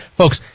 folks